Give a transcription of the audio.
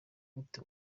gute